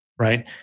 right